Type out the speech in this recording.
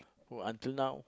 oh until now